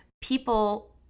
People